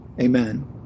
Amen